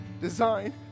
design